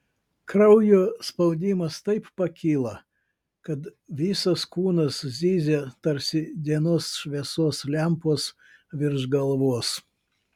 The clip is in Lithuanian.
kraujo spaudimas taip pakyla kad visas kūnas zyzia tarsi dienos šviesos lempos virš galvos